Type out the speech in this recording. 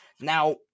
Now